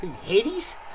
Hades